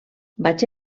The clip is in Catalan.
vaig